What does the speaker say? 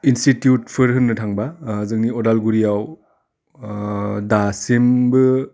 institute for होननो थांबा जोंनि अदालगुरियाव दासिमबो